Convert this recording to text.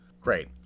Great